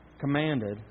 commanded